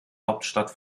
hauptstadt